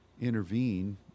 intervene